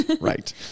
right